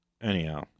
anyhow